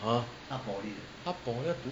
!huh! 他读 pol~